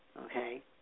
Okay